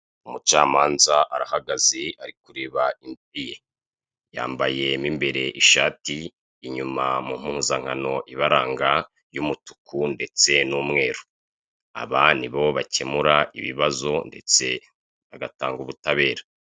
Umucamanza arahagaze ari kureba imbere ye yambaye mu imbere ishati inyuma mu mpuzankano ibaranga y'umutuku ndetse n'umweru aba nibo bakemura ibibazo ndetse bagatanga ubutabera.